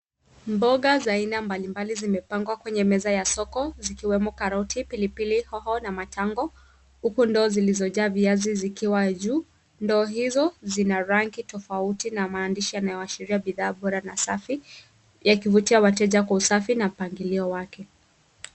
Mboga za aina mbalimbali zimepangwa kwenye meza ya soko zikiwemo karoti, pilipili, hoho, na matango huku ndoo zilizojaa viazi zikiwa juu. Ndoo hizo zina rangi tofauti na maandishi yanayoashiria vifaa bora na safi yakivutia wateja kwa usafi na mpangilio wake.